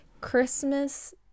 Christmas